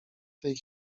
tej